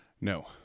No